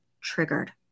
triggered